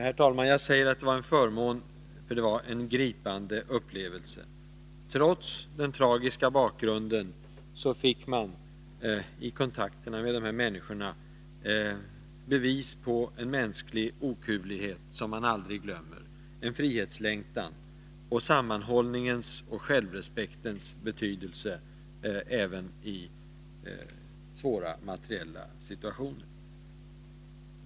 Herr talman! Jag säger att det var en förmån, för det var en gripande upplevelse. Trots den tragiska bakgrunden fick jag i kontakterna med dessa människor bevis på mänsklig okuvlighet och frihetslängtan, som jag aldrig glömmer. Jag fick bevis på sammanhållningens och självständighetens betydelse även i svåra materiella situationer.